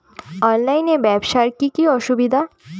অনলাইনে ব্যবসার কি কি অসুবিধা?